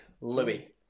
Louis